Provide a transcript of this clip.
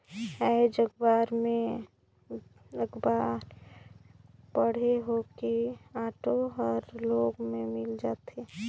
आएज अखबार में बिग्यापन पढ़े हों कि ऑटो हर लोन में मिल जाथे